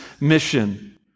mission